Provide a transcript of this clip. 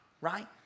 right